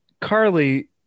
Carly